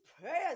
prayers